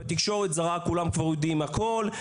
בתקשורת הזרה כולם כבר יודעים הכול,